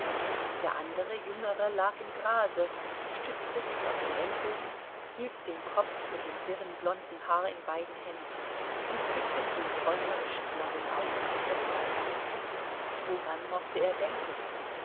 der andere jüngere lag im grase stützte sich auf die ellbogen hielt den kopf mit dem wirren blonden haar in beiden händen und blickte mit den träumerischen blauen augen auf das wasser woran mochte er denken